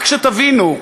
רק שתבינו,